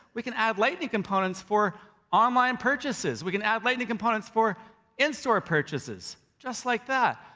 we can add lightning components for online purchases. we can add lightning components for in-store purchases just like that,